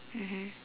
mmhmm